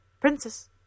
Princess